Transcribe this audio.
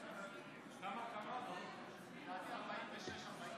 ועדת חקירה פרלמנטרית בעניין סרסור בסוהרות